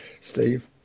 Steve